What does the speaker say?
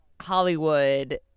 Hollywood